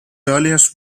earliest